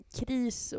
kris